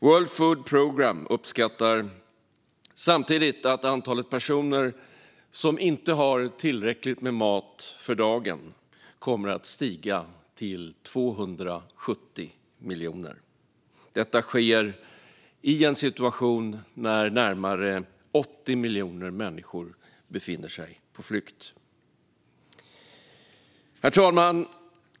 World Food Programme uppskattar samtidigt att antalet personer som inte har tillräckligt med mat för dagen kommer att stiga till 270 miljoner. Detta sker i en situation när närmare 80 miljoner människor befinner sig på flykt. Herr talman!